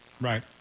Right